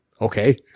okay